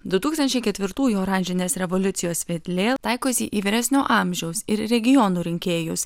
du tūkstančiai ketvirtųjų oranžinės revoliucijos vedlė taikosi į vyresnio amžiaus ir regionų rinkėjus